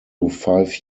five